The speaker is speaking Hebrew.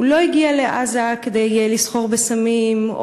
הוא לא הגיע לעזה כדי לסחור בסמים,